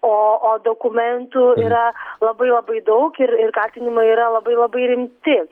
o o dokumentų yra labai labai daug ir ir kaltinimai yra labai labai rimti